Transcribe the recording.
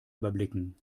überblicken